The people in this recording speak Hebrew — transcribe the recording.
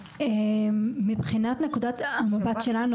מבחינת נקודת המבט שלנו